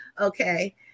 okay